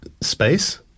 space